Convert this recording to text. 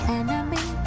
enemy